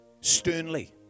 sternly